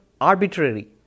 arbitrary